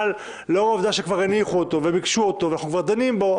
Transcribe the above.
אבל לאור העובדה שכבר הניחו אותו וביקשו אותו ואנחנו כבר דנים בו,